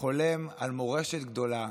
חולם על מורשת גדולה,